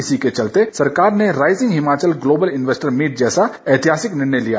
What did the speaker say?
इसी के चलते सरकार ने rising Himachal global investor meet जैसा ऐतिहासिक निर्णय लिया